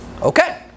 Okay